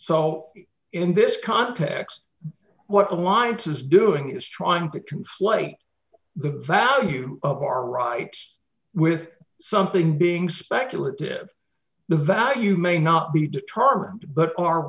so in this context what alliance is doing is trying to conflate the value of our rights with something being speculative the value may not be determined but our